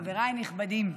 חבריי הנכבדים.